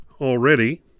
already